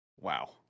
Wow